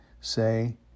say